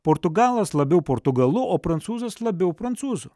portugalas labiau portugalu o prancūzas labiau prancūzu